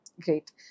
Great